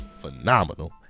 phenomenal